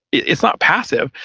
it's not passive.